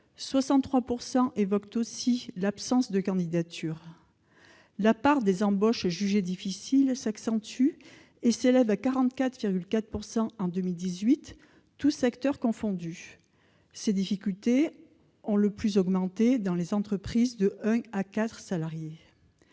évoquent aussi l'absence de candidatures. La part des embauches jugées difficiles s'accentue et s'élève à 44,4 % en 2018, tous secteurs confondus. Ces difficultés ont augmenté le plus dans les entreprises d'un à quatre salariés.